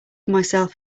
myself